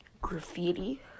graffiti